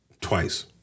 twice